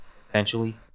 Essentially